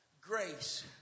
grace